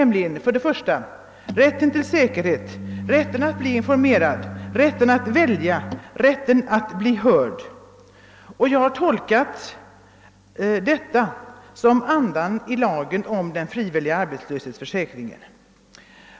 Dessa är rätten till säkerhet, rätten att bli informerad, rätten att välja och rätten att bli hörd. Jag har tolkat detta som andan i lagen om den frivilliga arbetslöshetsförsäkringen.